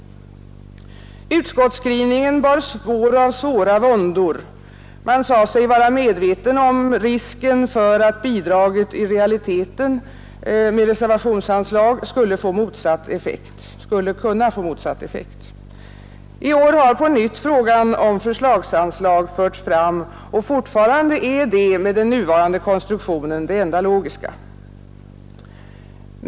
Utskottsskrivningen bar spår av svåra våndor: man sade sig vara medveten om risken för att bidraget i realiteten med reservationsanslag skulle kunna få motsatt effekt. I år har på nytt frågan om förslagsanslag förts fram, och fortfarande är detta med den nuvarande konstruktionen det enda logiska.